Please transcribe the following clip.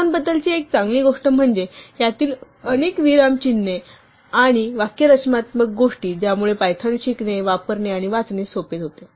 Python बद्दलची एक चांगली गोष्ट म्हणजे यातील अनेक विरामचिन्हे आणि वाक्यरचनात्मक गोष्टी ज्यामुळे Python शिकणे वापरणे आणि वाचणे सोपे होते